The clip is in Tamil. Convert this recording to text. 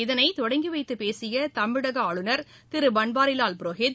இதனை தொடங்கிவைத்து பேசிய தமிழக ஆளுநர் திரு பன்வாரிவால் புரோஹித்